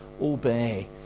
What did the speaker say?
obey